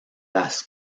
las